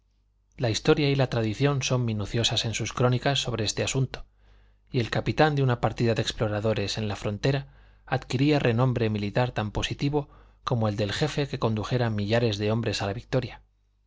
la historia y la tradición son minuciosas en sus crónicas sobre este asunto y el capitán de una partida de exploradores en la frontera adquiría renombre militar tan positivo como el del jefe que condujera millares de hombres a la victoria